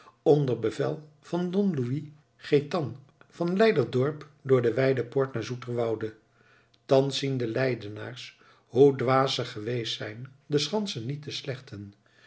onder bevel van don louis gaëtan van leiderdorp door de weipoort naar zoeterwoude thans zien de leidenaars hoe dwaas ze geweest zijn de schansen niet te slechten